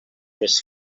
les